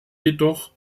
jedoch